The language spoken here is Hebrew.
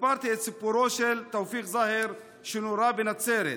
וסיפרתי את סיפורו של תאופיק זהר, שנורה בנצרת.